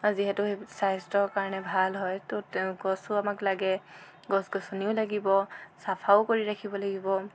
আৰু যিহেতু স্বাস্থ্য কাৰণে ভাল হয় ত' গছো আমাক লাগে গছ গছনিও লাগিব চফাও কৰি ৰাখিব লাগিব